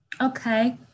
okay